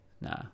nah